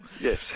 Yes